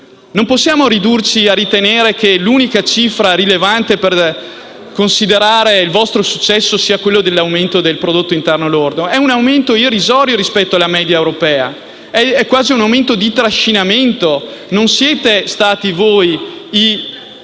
non possiamo ridurci a ritenere che l'unica cifra rilevante per considerare il vostro successo sia l'aumento del prodotto interno lordo. Si tratta di un aumento irrisorio rispetto alla media europea, è quasi un effetto trascinamento: non siete stati voi a